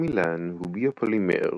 עמילן הוא ביופולימר,